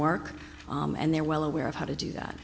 work and they're well aware of how to do that